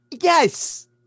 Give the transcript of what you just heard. Yes